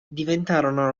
diventarono